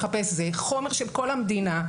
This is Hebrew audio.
לחפש בחומר של כל המדינה,